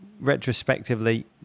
Retrospectively